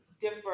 differ